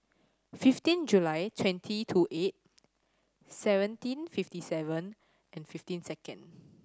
fifteen July twenty two eight seventeen fifty seven and fifteen second